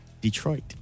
Detroit